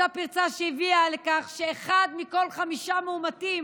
אותה פרצה שהביאה לכך שאחד מכל חמישה מאומתים